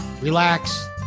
relax